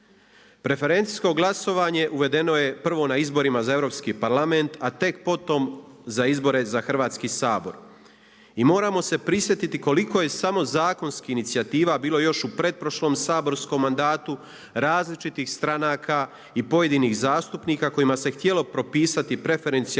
Preferencijsko glasovanje uvedeno je prvo na izborima za Europski parlament a tek potom za izbore za Hrvatski sabor. I moramo se prisjetiti koliko je samo zakonskih inicijativa bilo još u pretprošlom saborskom mandatu različitih stranaka i pojedinih zastupnika kojima se htjelo propisati preferencijalno